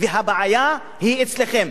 והבעיה היא אצלכם?